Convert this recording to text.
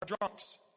drunks